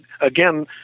again